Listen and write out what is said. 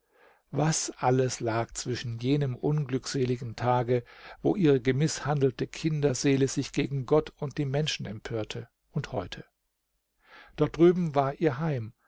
was alles lag zwischen jenem unglückseligen tage wo ihre gemißhandelte kinderseele sich gegen gott und die menschen empörte und heute dort drüben war ihr heim